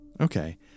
okay